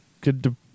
Good